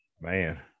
Man